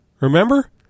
remember